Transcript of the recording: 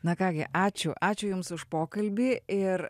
na ką gi ačiū ačiū jums už pokalbį ir